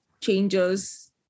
changes